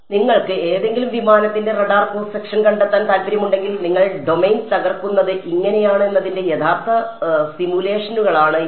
അതിനാൽ നിങ്ങൾക്ക് എന്തെങ്കിലും വിമാനത്തിന്റെ റഡാർ ക്രോസ് സെക്ഷൻ കണ്ടെത്താൻ താൽപ്പര്യമുണ്ടെങ്കിൽ നിങ്ങൾ ഡൊമെയ്ൻ തകർക്കുന്നത് ഇങ്ങനെയാണ് എന്നതിന്റെ യഥാർത്ഥ സിമുലേഷനുകളാണ് ഇവ